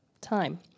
time